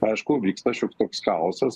aišku vyksta šioks toks chaosas